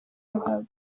ruhago